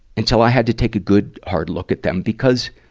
until i had to take a good, hard look at them because,